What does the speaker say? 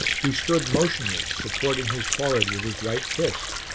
he stood motionless, supporting his forehead with his right fist,